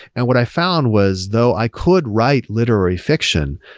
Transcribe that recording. and what i found was though i could write literary fiction,